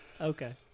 Okay